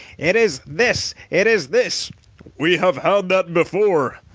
it is this, it is this we have had that before!